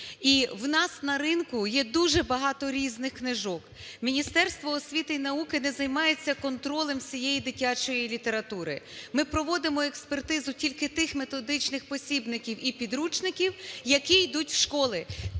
І у нас на ринку є дуже багато різних книжок. Міністерство освіти і науки не займається контролем всієї дитячої літератури. Ми проводимо експертизу тільки тих методичних посібників і підручників, які йдуть в школи.